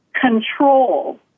control